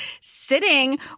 sitting